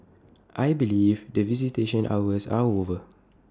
I believe that visitation hours are over